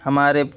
ہمارے